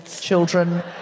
children